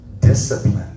discipline